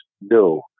No